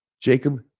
jacob